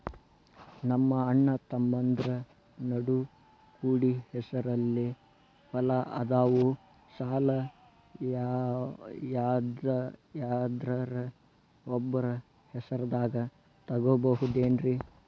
ನಮ್ಮಅಣ್ಣತಮ್ಮಂದ್ರ ನಡು ಕೂಡಿ ಹೆಸರಲೆ ಹೊಲಾ ಅದಾವು, ಸಾಲ ಯಾರ್ದರ ಒಬ್ಬರ ಹೆಸರದಾಗ ತಗೋಬೋದೇನ್ರಿ?